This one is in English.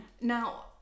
Now